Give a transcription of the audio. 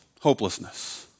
hopelessness